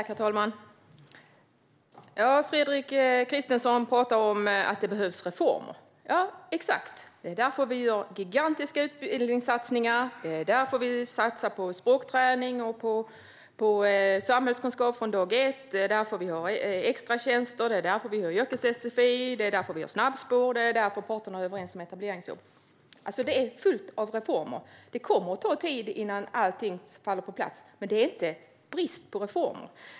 Herr talman! Fredrik Christensson pratar om att det behövs reformer. Ja, exakt! Det är därför vi gör gigantiska utbildningssatsningar. Det är därför vi satsar på språkträning och samhällskunskap från dag ett. Det är därför vi har extratjänster. Det är därför vi har yrkes-sfi. Det är därför vi har snabbspår. Det är därför parterna är överens om etableringsjobb. Det är fullt av reformer. Det kommer att ta tid innan allting faller på plats, men det råder inte brist på reformer.